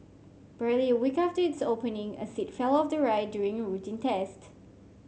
barely a week after its opening a seat fell off the ride during a routine test